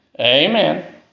Amen